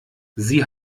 sie